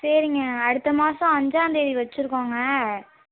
சரிங்க அடுத்த மாதம் ஐஞ்சாந்தேதி வச்சுருக்கோங்க